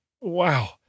Wow